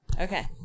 Okay